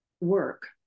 work